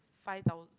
five thousand